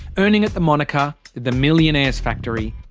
earning it the moniker, the millionaires factory.